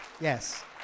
Yes